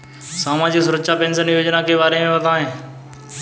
सामाजिक सुरक्षा पेंशन योजना के बारे में बताएँ?